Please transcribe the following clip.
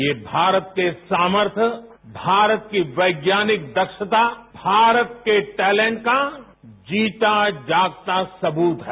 ये भारत के सामर्थ्य भारत की वैज्ञानिक दक्षता भारत के टैलेंट का जीता जागता सबूत है